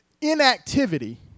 inactivity